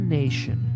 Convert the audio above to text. nation